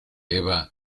eva